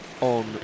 on